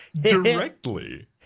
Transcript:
Directly